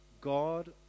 God